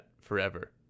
forever